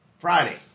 Friday